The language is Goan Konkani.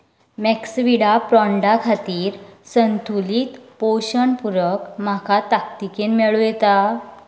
मेक्सविडा प्रोंडा खातीर संतुलीत पोशण पुरक म्हाका ताकतिकेन मेळूंक येता